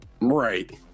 right